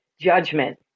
judgment